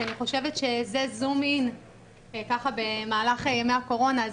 שאני חושבת שזה זום-אין - במהלך ימי הקורונה,